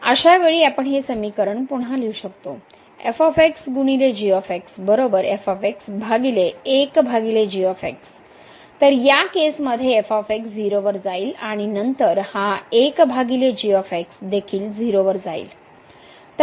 अशावेळी आपण हे समीकरण पुन्हा लिहू शकतो तर या केसमध्ये f 0 वर जाईल आणि नंतर हा 1 g देखील 0 वर जाईल